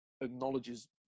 acknowledges